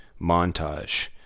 montage